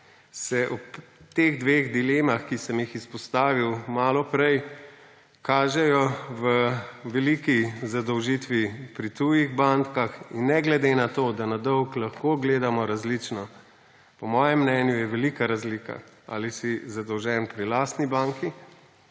se ob teh dveh dilemah, ki sem ju izpostavil malo prej, kažejo v veliki zadolžitvi pri tujih bankah. Ne glede na to, da na dolg lahko gledamo različno, je po mojem mnenju velika razlika, ali si zadolžen pri lastni banki